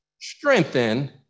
strengthen